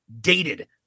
dated